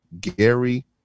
Gary